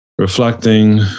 reflecting